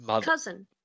Cousin